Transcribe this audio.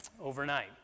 overnight